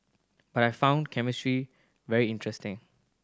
but I found chemistry very interesting